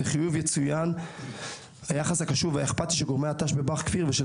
לחיוב יצוין היחס הקשוב והאכפתי של גורמי הת"ש בבא"ח כפיר ושל